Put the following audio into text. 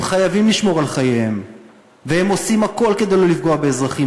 הם חייבים לשמור על חייהם והם עושים הכול כדי שלא לפגוע באזרחים,